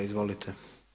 Izvolite.